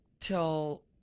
till